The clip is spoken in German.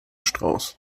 strauss